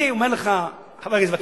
אני אומר לך, חבר הכנסת וקנין: